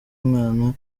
umwana